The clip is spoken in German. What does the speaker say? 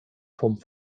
vom